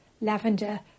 lavender